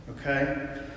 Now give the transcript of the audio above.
Okay